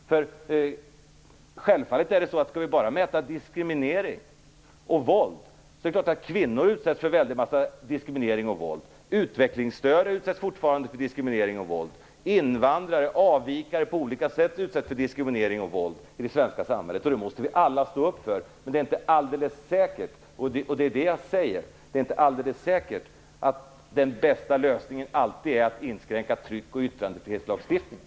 Skall vi bara mäta diskriminering och våld är det klart att kvinnor utsätts för en väldig massa diskriminering och våld. Utvecklingsstörda utsätts fortfarande för diskriminering och våld. Invandrare, avvikare av olika slag utsätts för diskriminering och våld i det svenska samhället, och det måste vi alla stå upp emot. Men det är inte alldeles säkert att den bästa lösningen alltid är att inskränka tryck och yttrandefrihetslagstiftningen.